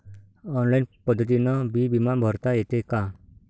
Online पद्धतीनं बी बिमा भरता येते का?